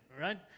right